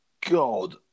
God